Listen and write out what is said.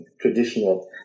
traditional